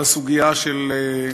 לסוגיה של,